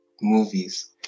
movies